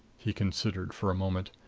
he considered for a moment.